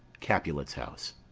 capulet's house.